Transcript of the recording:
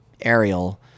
Ariel